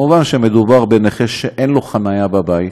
מובן שמדובר בנכה שאין לו חניה בבית,